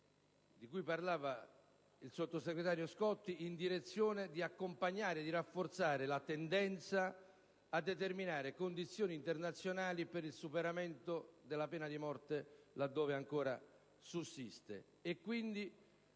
di cui parlava il Sottosegretario, in direzione di un rafforzamento della tendenza a determinare condizioni internazionali per il superamento della pena di morte, dove ancora sussiste.